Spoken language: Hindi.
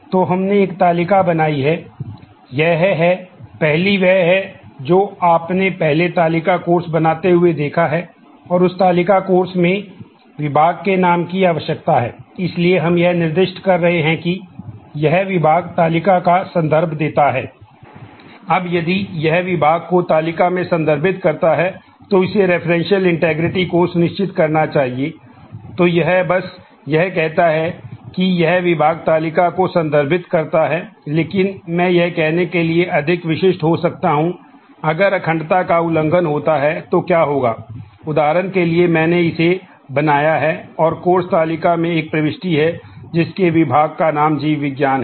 तो हमने एक तालिका बनाई है यह है पहली वह है जो आपने पहले तालिका कोर्स तालिका में एक प्रविष्टि है जिसके विभाग का नाम जीव विज्ञान है